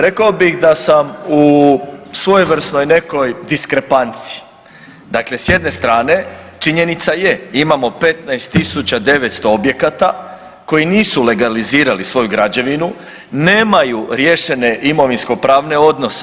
Rekao bih da sam u svojevrsnoj nekoj diskrepanciji, dakle s jedne strane činjenica je imamo 15.900 objekata koji nisu legalizirali svoju građevinu, nemaju riješene imovinskopravne odnose.